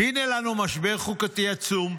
הינה לנו משבר חוקתי עצום.